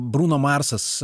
bruno marsas